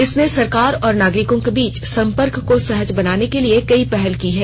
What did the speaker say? इसने सरकार और नागरिकों के बीच संपर्क को सहज बनाने के लिए कई पहल की हैं